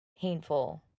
painful